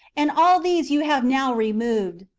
and all these you have now removed.